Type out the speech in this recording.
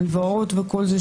הלוואות וכל זה,